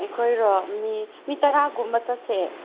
ꯑꯩꯈꯣꯏꯔꯣ ꯃꯤ ꯃꯤ ꯇꯔꯥꯒꯨꯝꯕ ꯆꯠꯁꯦ